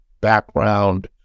background